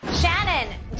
Shannon